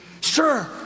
sure